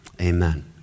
amen